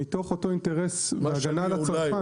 מתוך אותו אינטרס בהגנה על הצרכן.